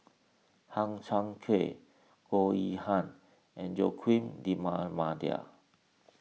Hang Chang Chieh Goh Yihan and Joaquim D'Almeida